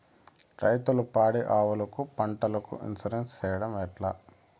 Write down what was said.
రైతులు పాడి ఆవులకు, పంటలకు, ఇన్సూరెన్సు సేయడం ఎట్లా?